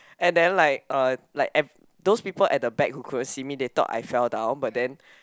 and then like uh like at those people at the back who couldn't see me they thought I fell down but then